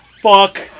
Fuck